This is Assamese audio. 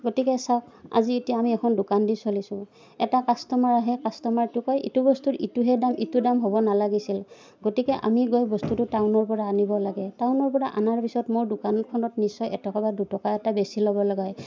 গতিকে চাওক আজি এতিয়া আমি এখন দোকান দি চলিছোঁ এটা কাষ্টমাৰ আহে ইটো বস্তুৰ ইটোহে দাম ইটো দাম হ'ব নালাগিছিল গতিকে আমি গৈ বস্তুটো টাউনৰ পৰা আনিব লাগে টাউনৰ পৰা আনাৰ পিছত মোৰ দোকানখনত নিশ্চয় এটকা বা দুটকা এটা বেছি ল'ব লগা হয়